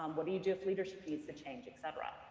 um what do you do if leadership needs to change, etc?